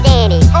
Danny